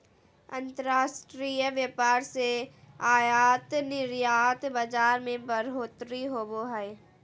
अंतर्राष्ट्रीय व्यापार से आयात निर्यात बाजार मे बढ़ोतरी होवो हय